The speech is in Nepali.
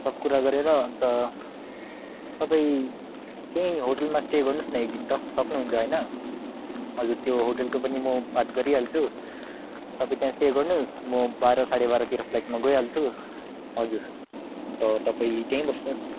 सब कुरा गरेर अन्त तपाईँ त्यहीँ होटलमा स्टे गर्नुहोस् न एकदिन त सक्नुहुन्छ होइन हजुर त्यो होटलको पनि म बात गरिहाल्छु तपाईँ त्यहाँ स्टे गर्नुहोस् म बाह्र साँढे बाह्रतिर फ्लाइटमा गइहाल्छु हजुर अन्त तपाईँ त्यहीँ बस्नुहोस्